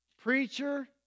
Preacher